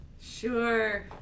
Sure